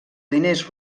diners